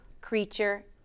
creature